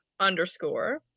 underscore